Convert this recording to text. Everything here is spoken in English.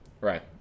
right